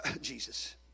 Jesus